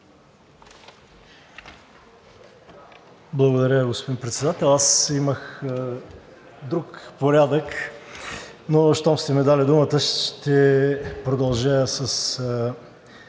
Благодаря, господин Председател. Аз имах друг порядък, но щом сте ми дали думата, ще продължа с